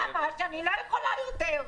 --- אני לא יכולה יותר.